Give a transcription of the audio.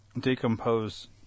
Decompose